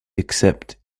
except